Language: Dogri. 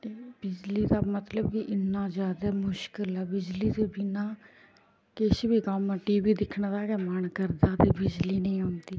ते बिजली दा मतलब कि इन्ना ज्यादा मुश्कल ऐ बिजली दे बिना किश बी कम्म टी वी दिक्खने दा गै मन करदा ते बिजली नेईं औंदी